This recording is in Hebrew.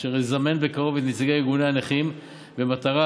והוא יזמן בקרוב את נציגי ארגוני הנכים במטרה